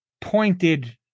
pointed